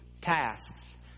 tasks